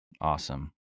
Awesome